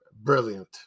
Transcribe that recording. brilliant